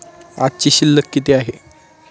आजची शिल्लक किती आहे?